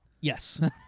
Yes